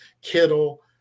Kittle